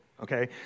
Okay